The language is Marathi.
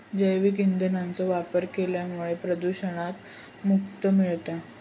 जैव ईंधनाचो वापर केल्यामुळा प्रदुषणातना मुक्ती मिळता